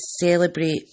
celebrate